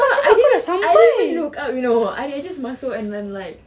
I never I never look up you know I just masuk and like